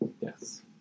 Yes